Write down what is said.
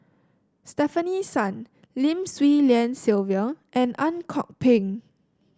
Stefanie Sun Lim Swee Lian Sylvia and Ang Kok Peng